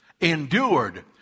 endured